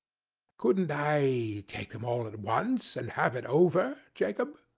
couldn't i take em all at once, and have it over, jacob?